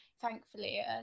thankfully